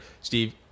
Steve